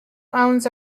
owns